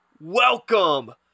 welcome